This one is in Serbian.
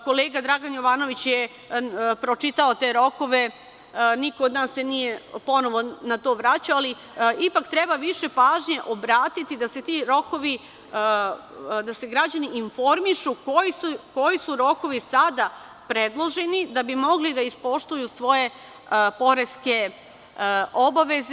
Kolega Dragan Jovanović je pročitao te rokove, niko od nas se nije ponovo na to vraćao, ali ipak treba više pažnje obratiti, da se građani informišu koji su rokovi sada predloženi kako bi mogli ispoštuju svoje poreske obaveze.